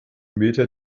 meter